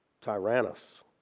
Tyrannus